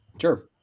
Sure